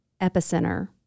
epicenter